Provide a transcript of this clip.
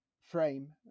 frame